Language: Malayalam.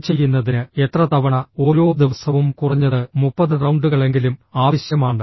അത് ചെയ്യുന്നതിന് എത്ര തവണ ഓരോ ദിവസവും കുറഞ്ഞത് 30 റൌണ്ടുകളെങ്കിലും ആവശ്യമാണ്